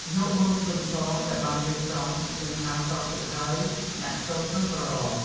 យកមើមខ្ទឹមសដែលបានរៀបចំ និងហាលស្រស់ទឹកហើយ ដាក់ចូលក្នុងក្រឡ។